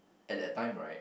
at that time right